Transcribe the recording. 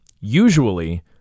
Usually